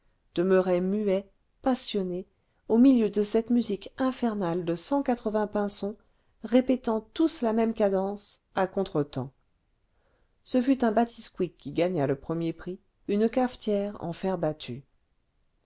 demeuraient muets passionnés au milieu de cette musique infernale de cent quatre-vingts pinsons répétant tous la même cadence à contretemps ce fut un batisecouic qui gagna le premier prix une cafetière en fer battu